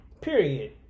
period